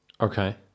Okay